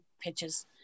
pitches